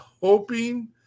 hoping